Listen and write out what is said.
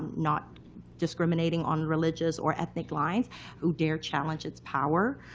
not discriminating on religious or ethnic lines who dared challenge its power.